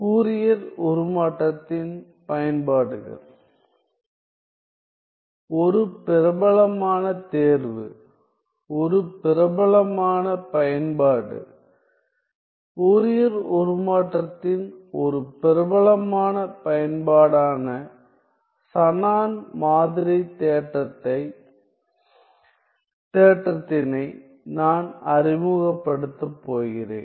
Fourier உருமாற்றத்தின் பயன்பாடுகள் ஒரு பிரபலமான தேர்வு ஒரு பிரபலமான பயன்பாடு ஃபோரியர் உருமாற்றத்தின் ஒரு பிரபலமான பயன்பாடான ஷானன் மாதிரி தேற்றத்தினை நான் அறிமுகப்படுத்தப் போகிறேன்